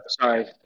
Sorry